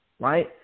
right